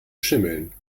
schimmeln